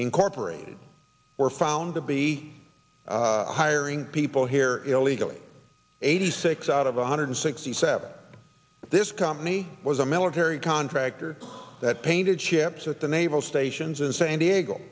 incorporated were found to be hiring people here illegally eighty six out of one hundred sixty seven this company was a military contractor that painted chips at the naval stations in san diego